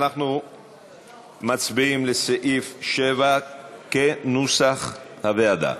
אנחנו מצביעים גם על סעיף 7 כנוסח הוועדה.